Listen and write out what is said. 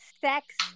sex